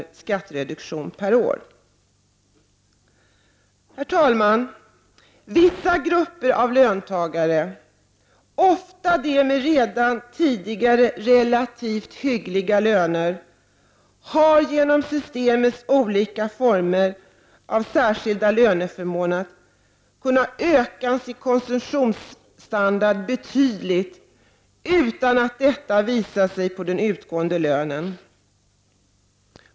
Vissa grupper av löntagare, ofta de med redan tidigare relativt hyggliga löner, har genom systemets olika former av särskilda löneförmåner kunnat öka sin konsumtionsstandard betydligt utan att detta visat sig på den utgående lönen.